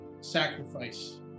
sacrifice